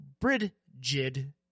Bridgid